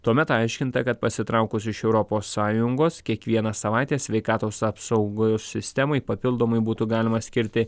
tuomet aiškinta kad pasitraukus iš europos sąjungos kiekvieną savaitę sveikatos apsaugos sistemai papildomai būtų galima skirti